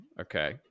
Okay